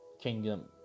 Kingdom